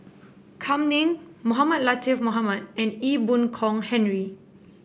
Kam Ning Mohamed Latiff Mohamed and Ee Boon Kong Henry